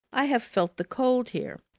i have felt the cold here.